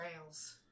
rails